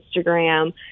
Instagram